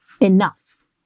enough